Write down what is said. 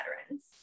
veterans